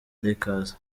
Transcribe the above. lakers